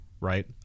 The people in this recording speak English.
right